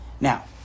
Now